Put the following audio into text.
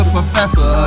Professor